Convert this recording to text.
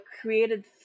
created